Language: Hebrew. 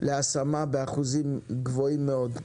להשמה באחוזים גבוהים מאוד.